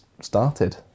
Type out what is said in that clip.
started